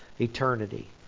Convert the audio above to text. Eternity